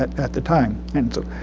at at the time. and it's a